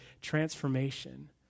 transformation